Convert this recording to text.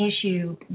issue